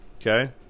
okay